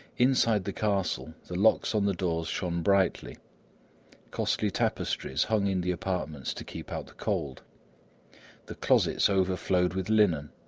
inside the castle, the locks on the doors shone brightly costly tapestries hung in the apartments to keep out the cold the closets overflowed with linen,